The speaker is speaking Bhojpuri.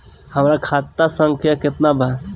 हमरा खाता संख्या केतना बा?